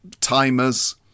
timers